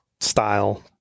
style